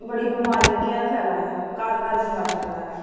बडी बमारी जेह्की एह् फैला दियां ना घर घर बमारी फैला दियां ना